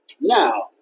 now